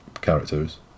characters